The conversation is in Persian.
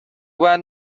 بعد